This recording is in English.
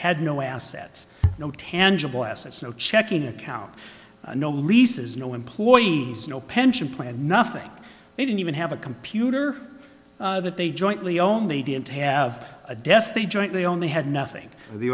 had no assets no tangible assets no checking account no leases no employees no pension plan nothing they didn't even have a computer that they jointly own they didn't have a desk they jointly own they had nothing the